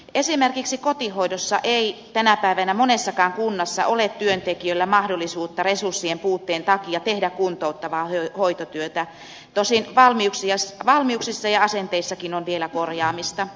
esimerkiksi kotihoidossa ei tänä päivänä monessakaan kunnassa ole työntekijöillä mahdollisuutta resurssien puutteen takia tehdä kuntouttavaa hoitotyötä tosin valmiuksissa ja asenteissakin on vielä korjaamista